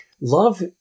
love